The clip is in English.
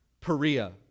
Perea